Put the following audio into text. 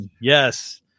Yes